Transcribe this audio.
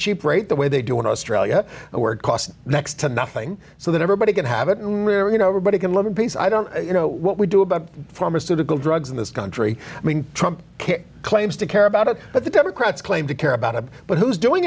cheap rate the way they do in australia and work cost next to nothing so that everybody can have it and you know everybody can live in peace i don't you know what we do about pharmaceutical drugs in this country i mean trump claims to care about it but the democrats claim to care about it but who's doing